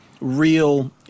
Real